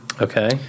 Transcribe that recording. Okay